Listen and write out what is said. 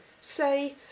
say